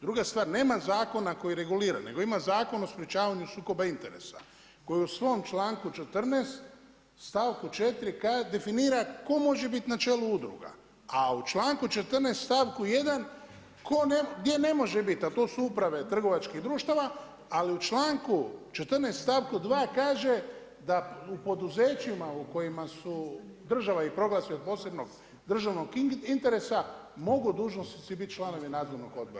Druga stvar, nema zakona koji regulira nego ima Zakon o sprečavanju sukoba interesa koji u svom članku 14. stavku 4. definira tko može biti na čelu udruga, a u članku 14. stavku 1. gdje ne može biti, a to su uprave trgovačkih društava, ali u članku 14. stavku 2. kaže da u poduzećima u kojima su država ih proglasi od posebnog državnog interesa, mogu dužnosnici biti članovi nadzornog odbora.